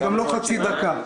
וגם לא חצי דקה.